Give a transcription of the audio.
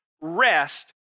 rest